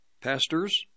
pastors